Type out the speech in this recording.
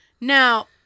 Now